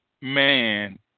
man